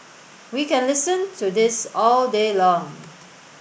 we can listen to this all day long